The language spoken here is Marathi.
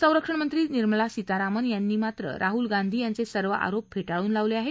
संरक्षण मंत्री निर्मला सीतारामन यांनी मात्र राहुल गांधी यांचे सर्व आरोप फेटाळून लावले आहेत